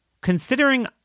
Considering